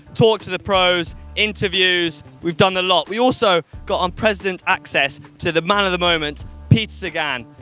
talked to the pros, interviews, we've done the lot. we also got on president access to the man of the moment, pete sagan,